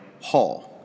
Hall